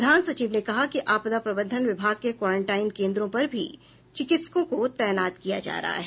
प्रधान सचिव ने कहा कि आपदा प्रबंधन विभाग के क्वारेंटाइन केन्द्रों पर भी चिकित्सकों को तैनात किया जा रहा है